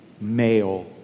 male